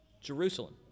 Jerusalem